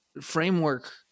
framework